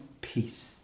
peace